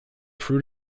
fruit